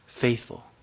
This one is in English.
faithful